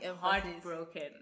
heartbroken